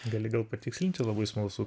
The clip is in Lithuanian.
gali galpatikslinti labai smalsu